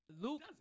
Luke